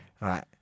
right